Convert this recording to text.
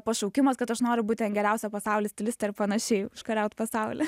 pašaukimas kad aš noriu būt ten geriausia pasauly stilistė ir panašiai užkariaut pasaulį